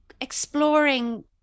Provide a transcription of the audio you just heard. exploring